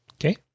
Okay